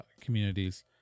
communities